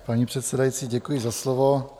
Paní předsedající, děkuji za slovo.